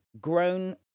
grown